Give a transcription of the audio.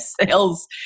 sales